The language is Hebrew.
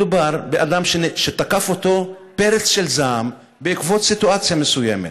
מדובר באדם שתקף אותו פרץ של זעם בעקבות סיטואציה מסוימת?